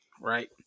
right